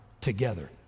together